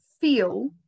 feel